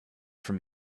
from